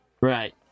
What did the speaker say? Right